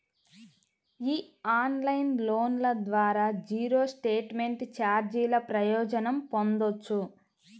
ఈ ఆన్లైన్ లోన్ల ద్వారా జీరో స్టేట్మెంట్ ఛార్జీల ప్రయోజనం పొందొచ్చు